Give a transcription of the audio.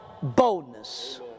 boldness